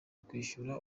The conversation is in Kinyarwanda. kwishyura